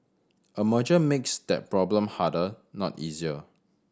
a merger makes that problem harder not easier